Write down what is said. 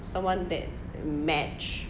someone that match